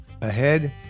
ahead